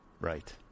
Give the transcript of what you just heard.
Right